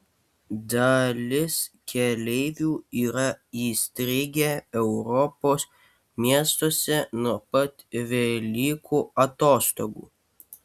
dalis keleivių yra įstrigę europos miestuose nuo pat velykų atostogų